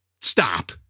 Stop